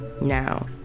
Now